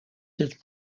cette